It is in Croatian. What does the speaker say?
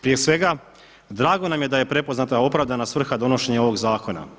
Prije svega, drago nam je da je prepoznata opravdana svrha donošenja ovog zakona.